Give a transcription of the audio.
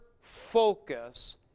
focus